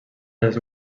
les